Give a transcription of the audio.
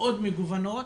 מאוד מגוונות.